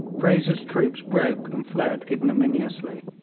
fraser's troopers broke and fled ignominiously.